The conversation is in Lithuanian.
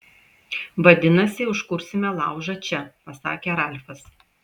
vadinasi užkursime laužą čia pasakė ralfas